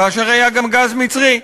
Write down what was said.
כאשר היה גם גז מצרי.